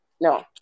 No